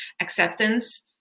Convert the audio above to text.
acceptance